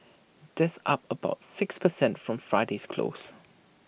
that's up about six per cent from Friday's close